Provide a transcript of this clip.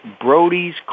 Brody's